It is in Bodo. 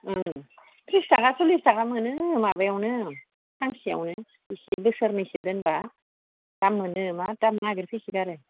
ओम थ्रिस थाखा सललिस थाखा मोनो माबायावनो सानसेयावनो एसे बोसोरनैसो दोनबा दाम मोनो मा दाम नागिर फैसो गारो